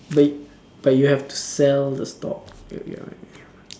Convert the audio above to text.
but but you have to sell the stock you get what I mean